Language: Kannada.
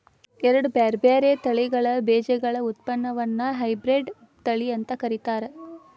ಎರಡ್ ಬ್ಯಾರ್ಬ್ಯಾರೇ ತಳಿಗಳ ಬೇಜಗಳ ಉತ್ಪನ್ನವನ್ನ ಹೈಬ್ರಿಡ್ ತಳಿ ಅಂತ ಕರೇತಾರ